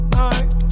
night